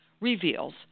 reveals